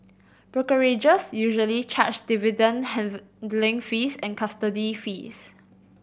brokerages usually charge dividend handling fees and custody fees